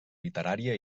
literària